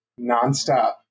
Nonstop